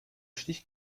stich